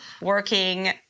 working